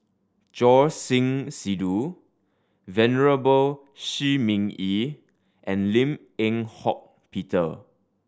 Choor Singh Sidhu Venerable Shi Ming Yi and Lim Eng Hock Peter